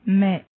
mais